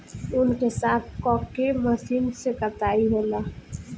ऊँन के साफ क के मशीन से कताई होला